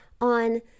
on